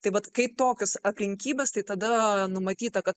taip vat kai tokios aplinkybės tai tada numatyta kad